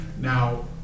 Now